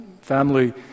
family